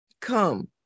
come